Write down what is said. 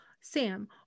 Sam